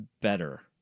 better